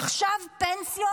עכשיו פנסיות